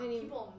people